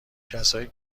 کسایی